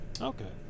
Okay